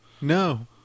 No